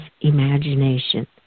imagination